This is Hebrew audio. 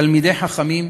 תלמידי חכמים,